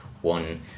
one